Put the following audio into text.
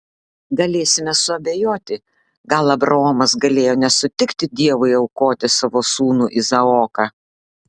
galėsime suabejoti gal abraomas galėjo nesutikti dievui aukoti savo sūnų izaoką